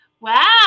Wow